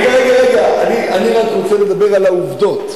רגע, רגע, אני רק רוצה לדבר על העובדות.